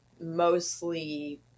mostly